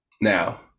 now